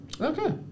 Okay